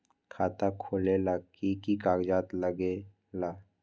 खाता खोलेला कि कि कागज़ात लगेला?